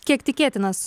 kiek tikėtinas